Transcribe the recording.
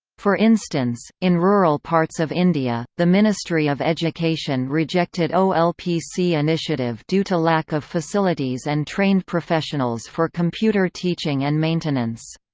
for instance, in rural parts of india, the ministry of education rejected olpc initiative due to lack of facilities and trained professionals for computer teaching and maintenance.